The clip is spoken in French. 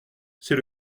c’est